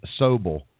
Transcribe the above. Sobel